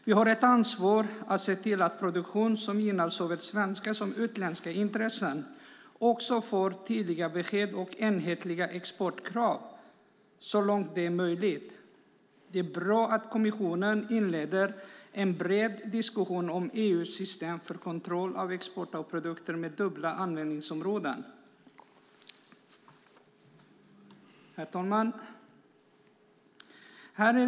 Vi har ett ansvar för att se till att produktion som gynnar såväl svenska som utländska intressen får tydliga besked och enhetliga exportkrav så långt detta är möjligt. Det är bra att kommissionen inleder en bred diskussion om EU:s system för kontroll av export av produkter med dubbla användningsområden. Herr talman!